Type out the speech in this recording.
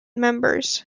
members